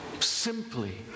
simply